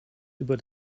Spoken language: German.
über